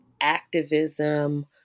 activism